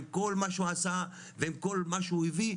עם כל מה שהוא עשה ועם כל מה שהוא הביא,